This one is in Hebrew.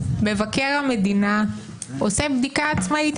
מבקר המדינה עושה בדיקה עצמאית.